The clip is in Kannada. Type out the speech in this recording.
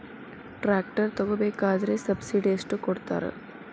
ಟ್ರ್ಯಾಕ್ಟರ್ ತಗೋಬೇಕಾದ್ರೆ ಸಬ್ಸಿಡಿ ಎಷ್ಟು ಕೊಡ್ತಾರ?